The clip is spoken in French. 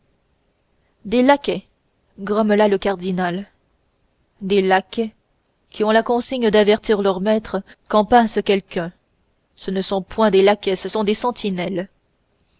des laquais grommela le cardinal des laquais qui ont la consigne d'avertir leurs maîtres quand passe quelqu'un ce ne sont point des laquais ce sont des sentinelles